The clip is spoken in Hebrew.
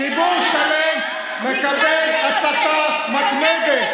ציבור שלם מקבל הסתה מתמדת.